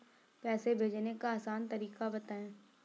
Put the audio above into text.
पैसे भेजने का आसान तरीका बताए?